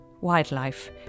Wildlife